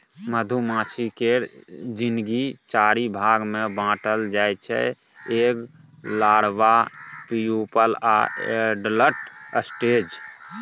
मधुमाछी केर जिनगी चारि भाग मे बाँटल जाइ छै एग, लारबा, प्युपल आ एडल्ट स्टेज